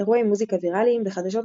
אירועי מוזיקה ויראליים וחדשות מוזיקה.